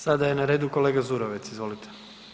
Sada je na redu kolega Zurovec, izvolite.